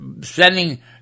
sending